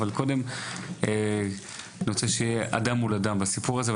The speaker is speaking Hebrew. אבל אני קודם רוצה שיהיה אדם מול אדם בסיפור הזה,